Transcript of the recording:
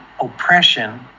oppression